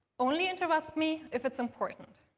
only interrupt me if it's important.